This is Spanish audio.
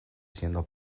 siendo